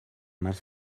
más